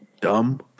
dumb